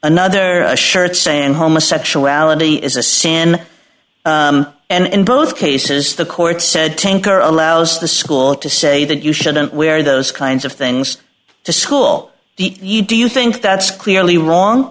another shirt saying homosexuality is a sin and in both cases the courts said tanker allows the school to say that you shouldn't wear those kinds of things to school the you do you think that's clearly wrong